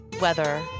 Weather